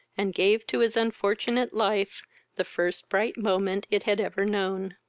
and gave to his unfortunate life the first bright moment it had ever known.